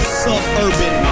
suburban